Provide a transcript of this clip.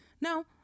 no